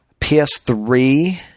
PS3